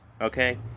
Okay